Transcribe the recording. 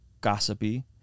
gossipy